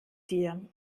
dir